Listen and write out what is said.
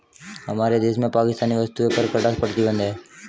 हमारे देश में पाकिस्तानी वस्तुएं पर कड़ा प्रतिबंध हैं